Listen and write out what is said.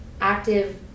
active